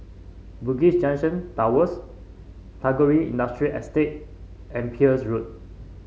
Bugis Junction Towers Tagore Industrial Estate and Peirce Road